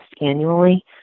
annually